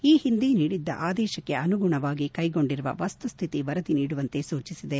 ಈ ಹಿಂದೆ ನೀಡಿದ್ದ ಆದೇಶಕನುಗುಣವಾಗಿ ಕ್ಲೆಗೊಂಡಿರುವ ವಸ್ತುಸ್ಹಿತಿ ವರದಿ ನೀಡುವಂತೆ ಸೂಚಿಸಿದೆ